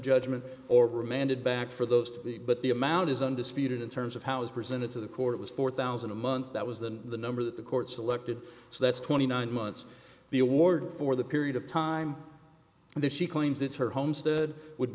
judgment or remanded back for those but the amount is undisputed in terms of how it was presented to the court was four thousand a month that was the number that the court selected so that's twenty nine months the award for the period of time this she claims it's her homestead would